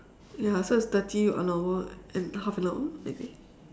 ya so it's thirty one hour and half an hour maybe